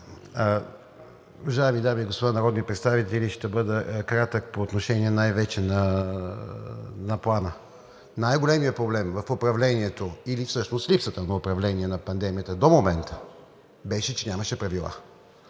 Уважаеми дами и господа народни представители, ще бъда кратък по отношение най-вече на Плана. Най-големият проблем в управлението или всъщност липсата на управление на пандемията до момента беше, че нямаше правила